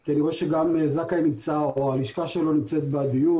כי אני רואה שגם זכאי או הלשכה שלו בדיון.